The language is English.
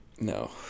No